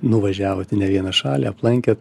nuvažiavot į ne vieną šalį aplankėt